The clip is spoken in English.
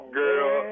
girl